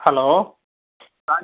hello கா